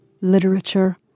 literature